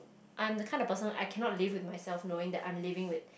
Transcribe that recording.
I'm the kind of person I cannot live with myself knowing that I'm living with